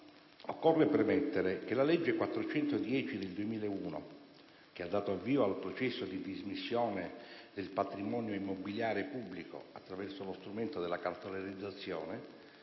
occorre premettere che la legge n. 410 del 2001, che ha dato avvio al processo dì dismissione del patrimonio immobiliare pubblico attraverso lo strumento della cartolarizzazione,